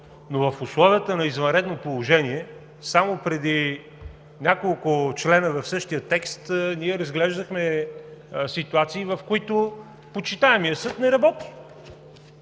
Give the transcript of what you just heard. но в условията на извънредно положение само преди няколко члена в същия текст ние разглеждахме ситуации, в които почитаемият съд не работи.